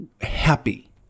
happy